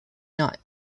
not